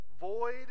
void